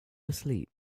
asleep